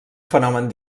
fenomen